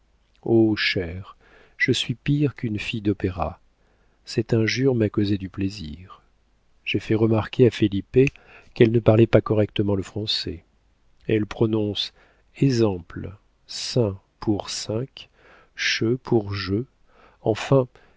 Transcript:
chère je suis pire qu'une fille d'opéra cette injure m'a causé du plaisir j'ai fait remarquer à felipe qu'elle ne parlait pas correctement le français elle prononce esemple sain pour cinq cheu pour je enfin